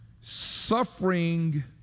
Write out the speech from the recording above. suffering